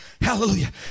hallelujah